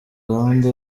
gahunda